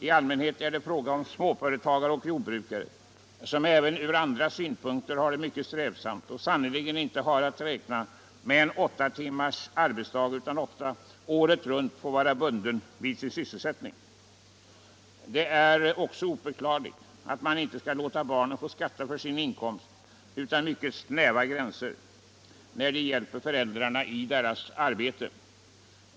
I allmänhet är det fråga om småföretagare och jordbrukare, som även från andra synpunkter har det mycket strävsamt och sannerligen inte har att räkna med åtta timmars arbetsdag utan ofta året runt får vara bundna vid sin sysselsättning. Det är också oförklarligt att man inte skall låta barnen få skatta för sin inkomst utan mycket snäva gränser när de hjälper föräldrarna i deras arbete.